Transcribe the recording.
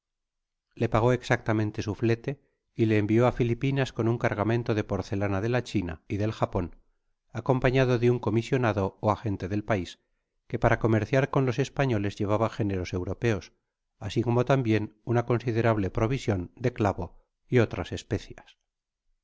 le pagó exactamente su ilete y le envio á filipinas con un cargamento de porcelana de la china y del japon acompañado de un comisionado ó agente del pais que para comerciar con los españoles llevaba géneros europeos asi como tambien una considerable provision de clavo y otras especias